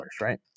right